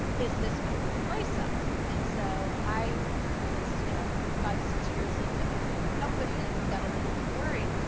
is this gonna replace us? and so i was you know five, six years into owning the company and got a little bit worried.